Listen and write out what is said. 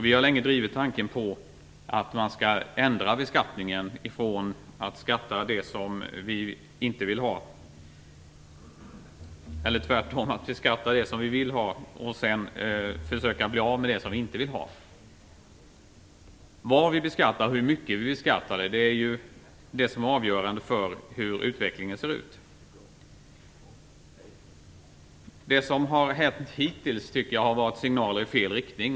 Vi har länge drivit tanken på att man skall ändra beskattningen från att beskatta det som vi vill ha till att beskatta det vi inte vill ha. Vad vi beskattar och hur mycket vi beskattar det är avgörande för hur utvecklingen ser ut. Det som har hänt hittills tycker jag har gett signaler i fel riktning.